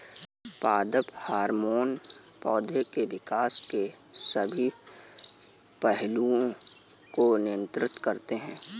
पादप हार्मोन पौधे के विकास के सभी पहलुओं को नियंत्रित करते हैं